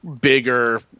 bigger